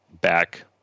back